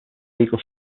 legal